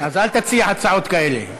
אז אל תציע הצעות כאלה.